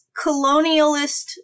colonialist